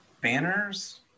banners